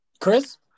Chris